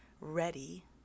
ready